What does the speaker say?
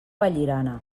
vallirana